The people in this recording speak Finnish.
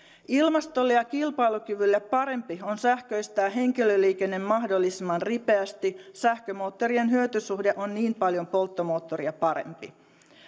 ilmastolle ja kilpailukyvylle parempi on sähköistää henkilöliikenne mahdollisimman ripeästi sähkömoottorien hyötysuhde on niin paljon polttomoottoria parempi